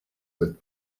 with